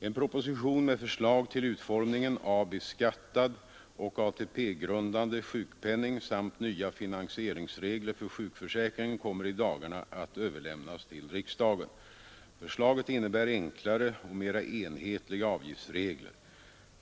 En proposition med förslag till utformningen av beskattad och ATP-grundande sjukpenning samt nya finansieringsregler för sjukförsäkringen kommer i dagarna att överlämnas till riksdagen. Förslaget innebär enklare och mera enhetliga avgiftsregler.